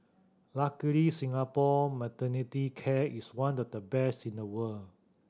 luckily Singapore maternity care is one of the best in the world